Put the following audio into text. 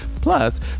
Plus